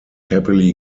happily